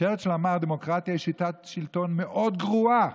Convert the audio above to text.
צ'רצ'יל אמר: דמוקרטיה היא שיטת שלטון מאוד גרועה,